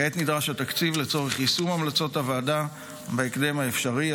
כעת נדרש התקציב לצורך יישום המלצות הוועדה בהקדם האפשרי.